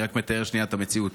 אני רק מתאר את המציאות.